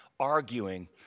arguing